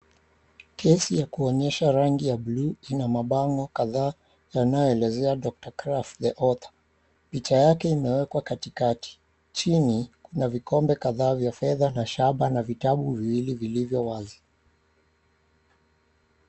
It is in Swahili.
Kesi ya kuonyesha rangi ya buluu ina mabango kadhaa yanayoelezea Dr Krapp the author, picha yake imewekwa katikati chini kuna vikombe kadhaa vya fedha na shaba na vitabu viwili vya lugha vilivyowazi.